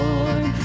Lord